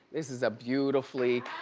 this is a beautifully